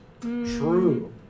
true